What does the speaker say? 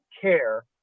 care